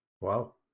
Wow